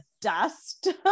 dust